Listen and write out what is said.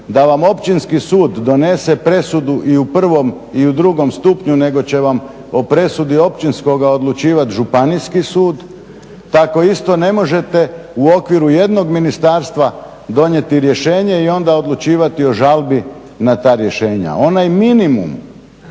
da vam Općinski sud donese presudu i u prvom i u drugom stupnju nego će vam o presudi općinskoga odlučivat županijski sud. Tako isto ne možete u okviru jednog ministarstva donijeti rješenje i onda odlučivati o žalbi na ta rješenja.